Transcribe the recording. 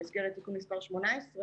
במסגרת תיקון מספר 18,